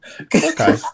Okay